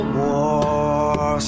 war